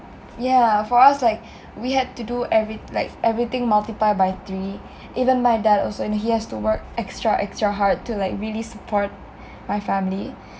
yah for us like we had to do every like everything multiply by three even my dad also and he has to work extra extra hard to like really support my family